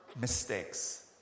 mistakes